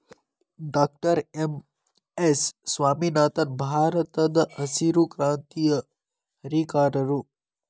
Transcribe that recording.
doctor M S Swaminathan ಭಾರತದಹಸಿರು ಕ್ರಾಂತಿಯ ಹರಿಕಾರರು